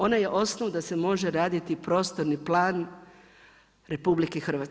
Ona je osnov da se može raditi prostorni plan RH.